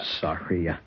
sorry